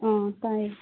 ꯑꯥ ꯇꯥꯏꯌꯦ